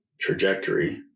trajectory